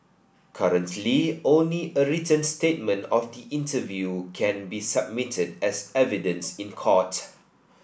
currently only a written statement of the interview can be submitted as evidence in court